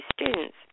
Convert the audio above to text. students